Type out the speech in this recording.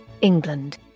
England